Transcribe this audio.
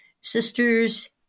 sisters